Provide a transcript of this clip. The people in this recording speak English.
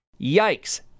Yikes